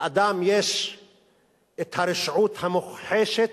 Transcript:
באדם יש הרשעות המוכחשת,